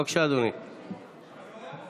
בבקשה, אדוני.